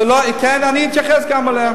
כן, אני אתייחס גם אליה.